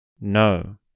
No